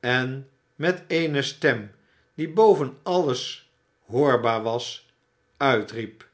en met eene stem die boven alles hoorbaar was uitriep